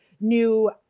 new